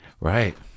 Right